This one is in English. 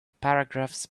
paragraphs